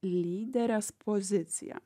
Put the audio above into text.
lyderės pozicija